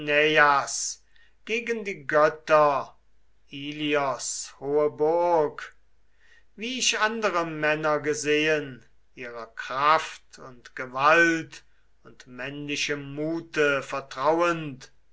gegen die götter ilios hohe burg wie ich andere männer gesehen ihrer kraft und gewalt und männlichem mute vertrauend